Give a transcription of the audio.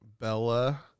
Bella